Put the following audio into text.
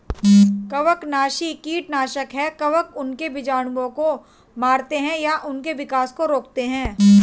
कवकनाशी कीटनाशक है कवक उनके बीजाणुओं को मारते है या उनके विकास को रोकते है